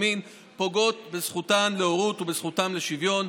מין פוגעות בזכות להורות ובזכות לשוויון.